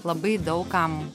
labai daug kam